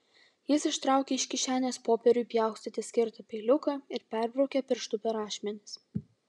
jis ištraukė iš kišenės popieriui pjaustyti skirtą peiliuką ir perbraukė pirštu per ašmenis